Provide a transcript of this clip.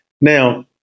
Now